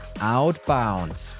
outbound